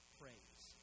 praise